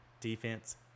defense